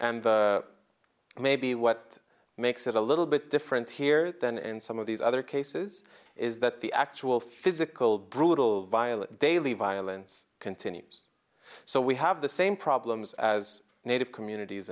d maybe what makes it a little bit different here than in some of these other cases is that the actual physical brutal violent daily violence continues so we have the same problems as native communities